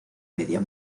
media